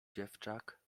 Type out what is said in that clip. dziewczak